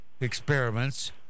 experiments